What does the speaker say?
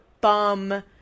bum